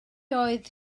oedd